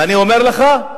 ואני אומר לך,